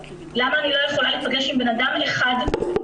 למה אני לא יכולה להיפגש עם בן אדם אחד אפילו